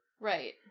right